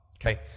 Okay